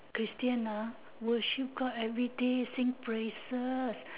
christian ah worship god everyday sing praises